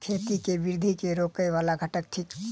खेती केँ वृद्धि केँ रोकय वला घटक थिक?